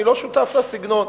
אני לא שותף לסגנון.